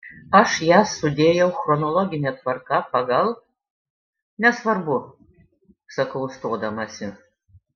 aš jas sudėjau chronologine tvarka pagal nesvarbu sakau stodamasi